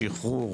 ובשחרור,